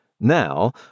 Now